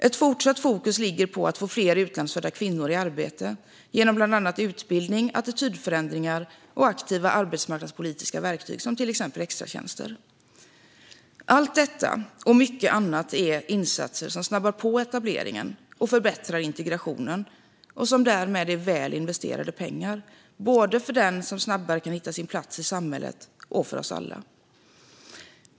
Ett fortsatt fokus ligger på att få fler utlandsfödda kvinnor i arbete genom bland annat utbildning, attitydförändringar och aktiva arbetsmarknadspolitiska verktyg som extratjänster. Allt detta och mycket annat är insatser som snabbar på etableringen och förbättrar integrationen och som därmed är väl investerade pengar, både för den som snabbare kan hitta sin plats i samhället och för oss alla.